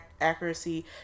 accuracy